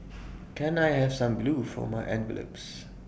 can I have some glue for my envelopes